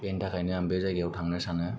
बिनि थाखायनो आं बे जायगायाव थांनो सानो